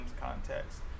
context